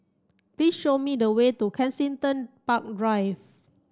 please show me the way to Kensington Park Drive